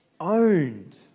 Owned